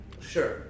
Sure